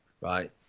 right